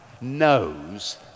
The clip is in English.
knows